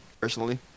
personally